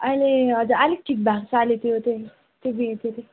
अहिले हजुर अलिक ठिक भएको छ अहिले त्यो चाहिँ त्यो